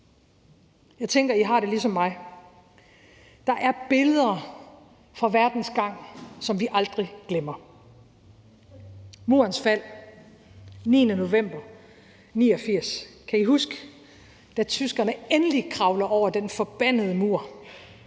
Jeg tænker, at I har det ligesom mig: Der er billeder fra verdens gang, som vi aldrig glemmer. Der var Murens fald den 9. november 1989. Kan I huske, da tyskerne endelig kravler over den forbandede mur?